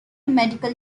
medical